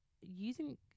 using